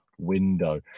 window